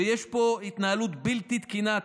ויש פה התנהלות בלתי תקינה,